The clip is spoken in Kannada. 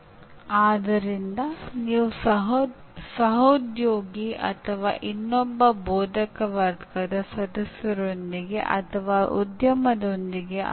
ಒಬ್ಬ ವ್ಯಕ್ತಿಗೆ ಕೆಲಸ ಮಾಡುವ ವಿಧಾನ ಇನ್ನೊಬ್ಬ ವ್ಯಕ್ತಿಗೆ ಕೆಲಸ ಮಾಡದೇ ಇರಬಹುದು